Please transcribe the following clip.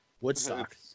Woodstock